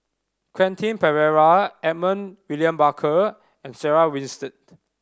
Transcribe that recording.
Quentin Pereira Edmund William Barker and Sarah Winstedt